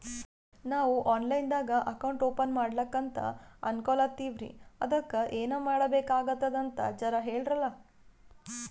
ನಾವು online ದಾಗ account open ಮಾಡ್ಲಕಂತ ಅನ್ಕೋಲತ್ತೀವ್ರಿ ಅದಕ್ಕ ಏನ ಮಾಡಬಕಾತದಂತ ಜರ ಹೇಳ್ರಲ?